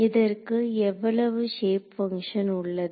இதற்கு எவ்வளவு shape function உள்ளது